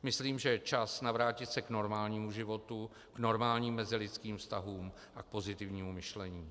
Myslím, že je čas navrátit se k normálnímu životu, normálním mezilidským vztahům a k pozitivnímu myšlení.